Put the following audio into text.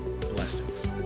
Blessings